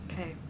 Okay